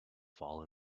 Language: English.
fall